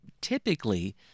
Typically